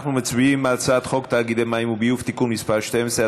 אנחנו מצביעים על הצעת חוק תאגידי מים וביוב (תיקון מס' 12),